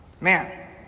Man